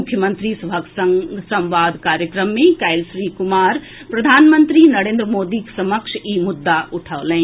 मुख्यमंत्री सभक संग संवाद कार्यक्रम मे काल्हि श्री कुमार प्रधानमंत्री नरेन्द्र मोदीक समक्ष ई मुद्दा उठौलनि